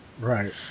Right